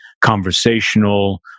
conversational